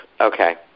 Okay